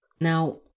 Now